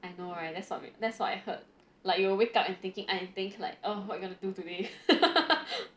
I know right that's what that's what I heard like you will wake up and thinking I think like uh what you are going to do today